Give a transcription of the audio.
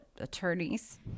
attorneys